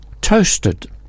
toasted